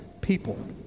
people